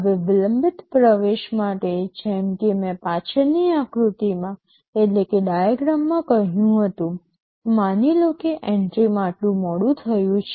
હવે વિલંબિત પ્રવેશ માટે જેમ કે મેં પાછળની આકૃતિમાં કહ્યું હતું માની લો કે એન્ટ્રીમાં આટલું મોડું થયું છે